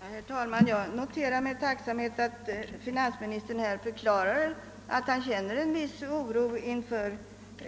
Herr talman! Jag noterar med tacksamhet att finansministern förklarar att han hyser en viss oro inför